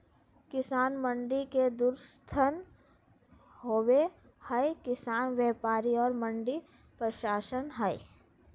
किसान मंडी के दू स्तम्भ होबे हइ किसान व्यापारी और मंडी प्रशासन हइ